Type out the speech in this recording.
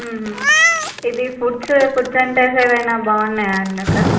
ఇవి foods food centres ఏమన్న బాగున్నాయా అండి అక్కడ